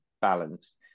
balanced